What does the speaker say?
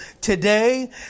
today